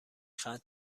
ختم